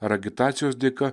ar agitacijos dėka